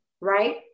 Right